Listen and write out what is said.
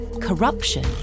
corruption